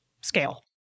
scale